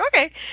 okay